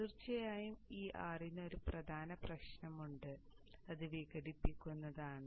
തീർച്ചയായും ഈ R ന് ഒരു പ്രധാന പ്രശ്നമുണ്ട് അത് വിഘടിപ്പിക്കുന്നതാണ്